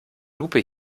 lupe